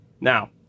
now